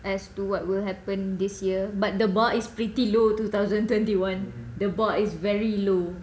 as to what will happen this year but the bar is pretty low two thousand twenty one the bar is very low